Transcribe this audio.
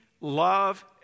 love